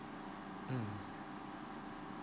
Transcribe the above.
mm